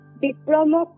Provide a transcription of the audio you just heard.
diploma